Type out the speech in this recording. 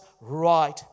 right